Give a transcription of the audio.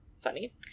funny